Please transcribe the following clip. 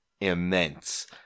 immense